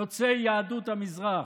יוצאי יהדות המזרח.